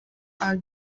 are